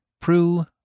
Prue